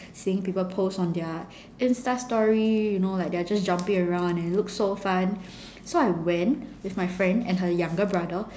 seeing people post on their insta story you know like they're just jumping around and it looks so fun so I went with my friend and her younger brother